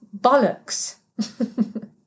bollocks